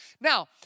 Now